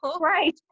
Right